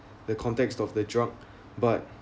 the context of the drug but